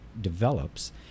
develops